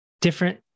different